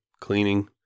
cleaning